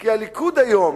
כי הליכוד היום,